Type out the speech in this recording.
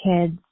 kids